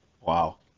Wow